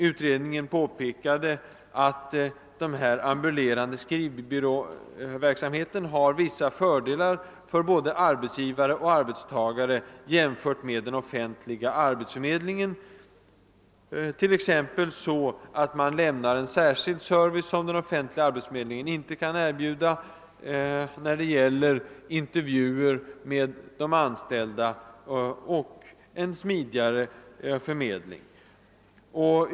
Utredningen påpekåde 'att denna ambulerande skrivbyråverksanihet har vissa fördelar för både arbetsgivare och arbetstagare jämfört med den offentliga arbetsförmedlingen, t.ex. på det sättet att man lämnar en särskild service som den offentliga arbetsförmedlingen inte kan erbjuda när "det gäller intervjuer med de anställda och en smidigare förmedling.